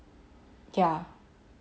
ya